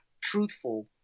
truthful